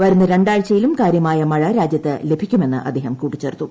വരുന്ന രണ്ടാഴ്ചയിലും കാര്യമായ മഴ രാജ്യത്ത് ലഭിക്കുമെന്ന് അദ്ദേഹം കൂട്ടിച്ചേർത്തു